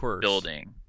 building